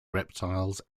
reptiles